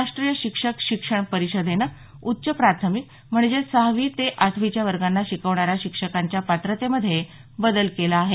राष्टीय शिक्षक शिक्षण परिषदेनं उच्च प्राथमिक म्हणजेच सहावी ते आठवीच्या वर्गांना शिकवणाऱ्या शिक्षकांच्या पात्रतेमध्ये बदल केला आहे